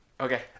okay